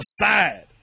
aside